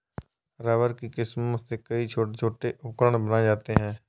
rubber की किस्मों से कई छोटे छोटे उपकरण बनाये जाते हैं